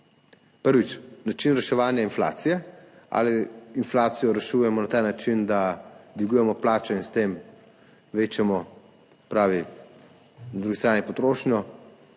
Prvič – način reševanja inflacije. Ali inflacijo rešujemo na ta način, da dvigujemo plače in s tem večamo na drugi strani potrošnjo?